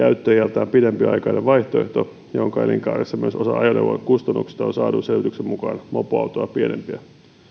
käyttöiältään pidempiaikainen vaihtoehto jonka elinkaaressa myös osa ajoneuvon kustannuksista on saadun selvityksen mukaan mopoautoa pienempiä